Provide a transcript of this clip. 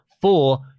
four